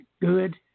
good